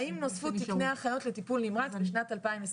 האם נוספו תקני אחיות לטיפול נמרץ לשנת 2022?